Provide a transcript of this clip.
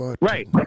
Right